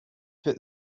put